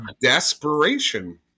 Desperation